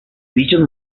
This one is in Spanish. dichos